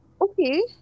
Okay